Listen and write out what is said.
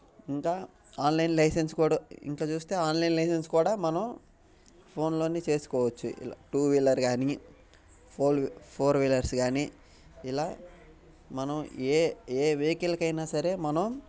ఇంకా online licence కూడా ఇంట్లో చూస్తే ఆన్లైన్ లైసెన్స్ కూడా మనం ఫోన్లోనే చేసుకోవచ్చు ఇలా టూ వీలర్ కానీ ఫోర్ వీలర్స్ కానీ ఇలా మనం ఏ ఏ వెహికల్కి అయినా సరే మనం